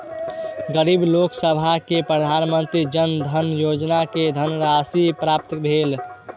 गरीब लोकसभ के प्रधानमंत्री जन धन योजना के धनराशि प्राप्त भेल